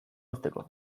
uzteko